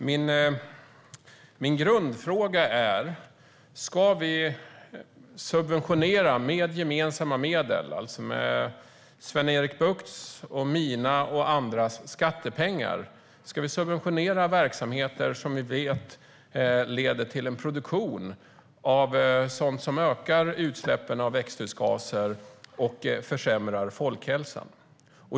Min grundfråga är: Ska vi med gemensamma medel, alltså med Sven-Erik Buchts, mina och andras skattepengar, subventionera verksamheter som vi vet leder till en produktion av sådant som ökar utsläppen av växthusgaser och försämrar folkhälsan?